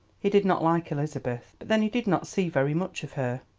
he did not like elizabeth, but then he did not see very much of her,